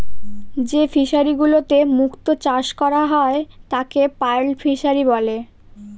যে ফিশারিগুলোতে মুক্ত চাষ করা হয় তাকে পার্ল ফিসারী বলে